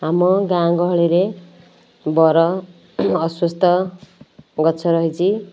ଆମ ଗାଁ ଗହଳିରେ ବର ଅଶ୍ୱସ୍ତ ଗଛ ରହିଛି